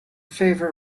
favour